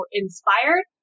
inspired